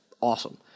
awesome